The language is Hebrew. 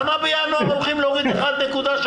למה בינואר הולכים להוריד 1.3?